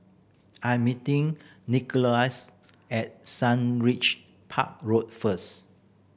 I am meeting Nikolas at Sundridge Park Road first